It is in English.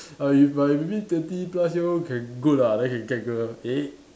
err you but maybe twenty plus year old can good lah then can get girl eh